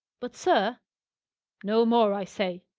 but, sir no more, i say!